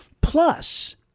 Plus